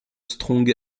strong